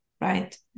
right